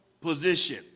position